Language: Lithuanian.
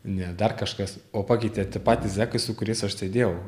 ne dar kažkas o pakeitė patys zekai su kuriais aš sėdėjau